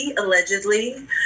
allegedly